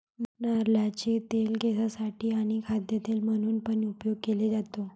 नारळाचे तेल केसांसाठी आणी खाद्य तेल म्हणून पण उपयोग केले जातो